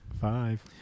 Five